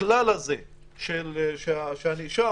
הכלל שלפיו שהנאשם,